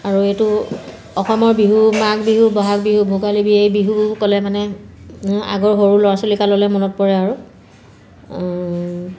আৰু এইটো অসমৰ বিহু মাঘ বিহু বহাগ বিহু ভোগালী বিহু এই বিহু ক'লে মানে আগৰ সৰু ল'ৰা ছোৱালীকাললৈ মনত পৰে আৰু